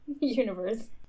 universe